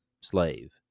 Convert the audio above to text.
slave